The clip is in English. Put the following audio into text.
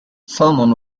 salmon